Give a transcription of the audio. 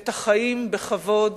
את החיים בכבוד